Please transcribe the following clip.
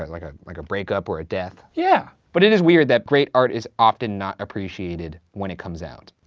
like ah like a break up or a death. yeah. but it is weird that great art is often not appreciated when it comes out.